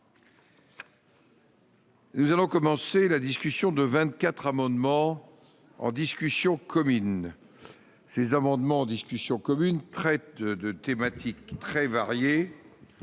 Nous allons commencer la discussion de 24 amendements en discussion commune ces amendements en discussion commune traite de thématiques très variées,